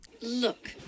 Look